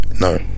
No